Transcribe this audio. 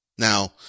Now